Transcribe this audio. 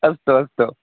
अस्तु अस्तु